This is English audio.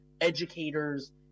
educators